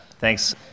Thanks